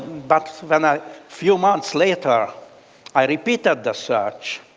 but when a few months later i repeated the search,